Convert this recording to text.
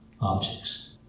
objects